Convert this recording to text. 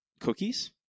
cookies